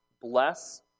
bless